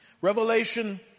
Revelation